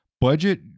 budget